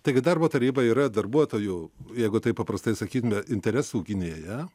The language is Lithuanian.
taigi darbo taryba yra darbuotojų jeigu taip paprastai sakytume interesų gynėja